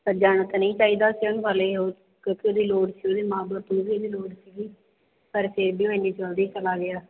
ਪਰ ਜਾਣਾ ਤਾਂ ਨਹੀਂ ਚਾਹੀਦਾ ਸੀ ਉਹਨੂੰ ਹਲੇ ਉਹ ਘਰ ਲੋੜ ਸੀ ਉਹਦੀ ਮਾਂ ਬਾਪ ਨੂੰ ਵੀ ਉਹਦੀ ਲੋੜ ਸੀਗੀ ਪਰ ਫਿਰ ਵੀ ਉਹ ਇੰਨੀ ਜਲਦੀ ਚਲਾ ਗਿਆ